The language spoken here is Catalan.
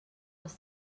els